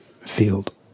field